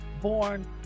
born